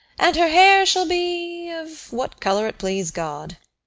and her hair shall be of what colour it please god.